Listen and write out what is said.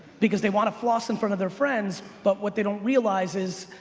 because they want to floss in front of their friends, but what they don't realize is